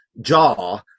jaw